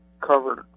covered